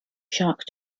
shark